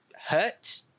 hurt